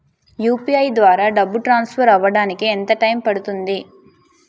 UPI ద్వారా డబ్బు transfer అవ్వడానికి ఎంత టైం పడుతుంది?